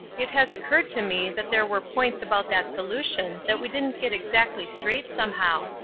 it has occurred to me that there were points about that solution that we didn't get exactly straight somehow.